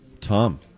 Tom